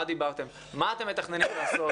מה אתם מתכננים לעשות.